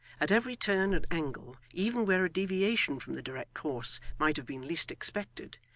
at every turn and angle, even where a deviation from the direct course might have been least expected,